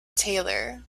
taylor